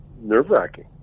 nerve-wracking